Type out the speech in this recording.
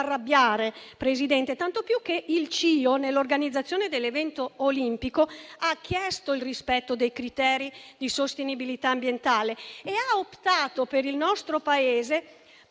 olimpico internazionale (COI) nell'organizzazione dell'evento olimpico ha chiesto il rispetto dei criteri di sostenibilità ambientale e ha optato per il nostro Paese